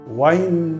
wine